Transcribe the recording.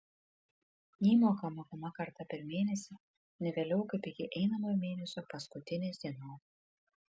įmoka mokama kartą per mėnesį ne vėliau kaip iki einamojo mėnesio paskutinės dienos